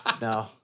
No